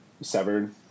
severed